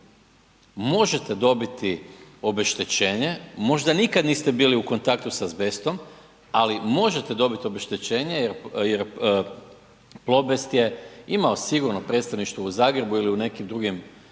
možete dobiti obeštećenje. Možda nikad niste bili u kontaktu s azbestom, ali možete dobiti obeštećenje jer Plobest je imao sigurno predstavništvo u Zagrebu ili nekim drugim dijelovima